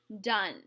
done